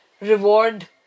reward